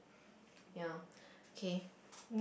ya okay